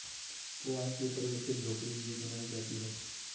पुआल के प्रयोग से झोपड़ी भी बनाई जाती है